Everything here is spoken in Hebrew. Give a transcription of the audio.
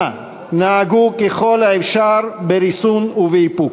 אנא, נהגו ככל האפשר בריסון ובאיפוק.